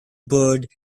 bird